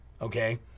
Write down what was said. Okay